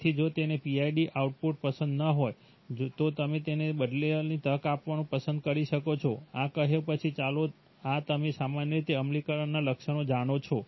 તેથી જો તેને PID આઉટપુટ પસંદ ન હોય તો તમે તેમને તેને બદલવાની તક આપવાનું પસંદ કરી શકો છો આ કહ્યું પછી ચાલો આ તમે સામાન્ય રીતે અમલીકરણનાં લક્ષણો જાણો છો